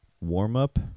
warm-up